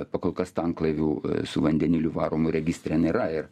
pakolkas tanklaivių su vandeniliu varomu registre nėra ir